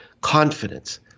confidence